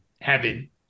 heaven